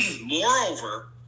moreover